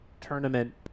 tournament